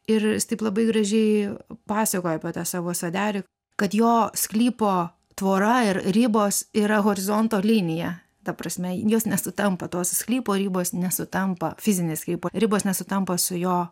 ir taip labai gražiai pasakoja apie tą savo sodelį kad jo sklypo tvora ir ribos yra horizonto linija ta prasme jos nesutampa tos sklypo ribos nesutampa fizinės sklypo ribos nesutampa su jo